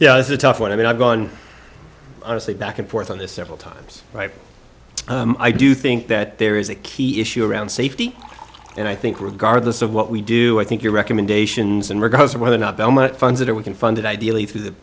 yeah it's a tough one i mean i've gone honestly back and forth on this several times right i do think that there is a key issue around safety and i think regardless of what we do i think your recommendations and regardless of whether or not belmont funds it or we can fund it ideally through th